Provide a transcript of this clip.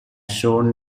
shown